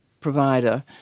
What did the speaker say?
provider